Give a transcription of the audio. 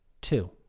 Two